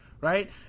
Right